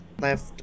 left